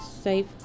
safe